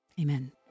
Amen